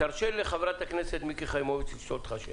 תרשה לחברת הכנסת מיקי חיימוביץ' לשאול אותך.